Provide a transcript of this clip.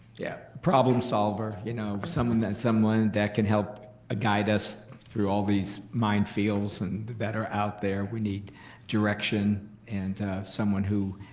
yeah. problem solver, you know someone that someone that can help ah guide us through all these mine fields and that are out there. we need direction and someone who